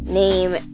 name